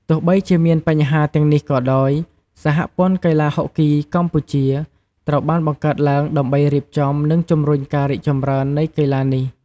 ទោះបីជាមានបញ្ហាទាំងនេះក៏ដោយ សហព័ន្ធកីឡាហុកគីកម្ពុជា ត្រូវបានបង្កើតឡើងដើម្បីរៀបចំ និងជំរុញការរីកចម្រើននៃកីឡានេះ។